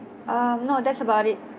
uh no that's about it